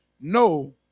No